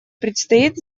предстоит